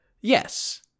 Yes